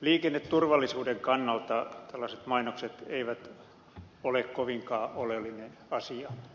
liikenneturvallisuuden kannalta tällaiset mainokset eivät ole kovinkaan oleellinen asia